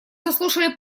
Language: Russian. заслушали